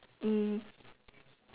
mm